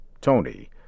Tony